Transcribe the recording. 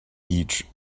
each